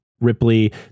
ripley